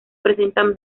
presentan